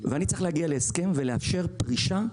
היא לא הייתה נותנת פיצוי.